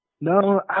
No